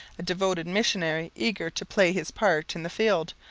a devoted missionary, eager to play his part in the field,